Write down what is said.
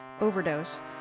overdose